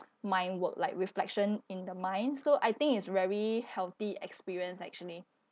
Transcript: mind work like reflection in the mind so I think is very healthy experience actually